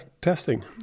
testing